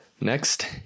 Next